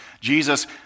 Jesus